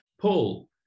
Paul